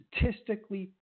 statistically